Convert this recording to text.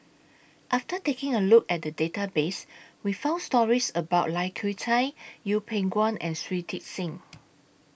after taking A Look At The Database We found stories about Lai Kew Chai Yeng Pway Ngon and Shui Tit Sing